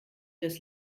das